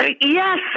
Yes